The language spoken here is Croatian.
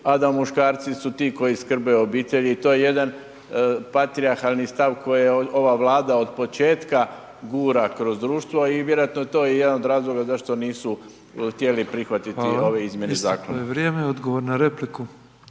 da muškarci su ti koji skrbe o obitelji i to je jedan patrijarhalni stav koje ova Vlada od početka gura kroz društvo i vjerojatno je to jedan od razloga zašto nisu htjeli prihvatiti .../Upadica Petrov: Hvala /... ove izmjene zakona.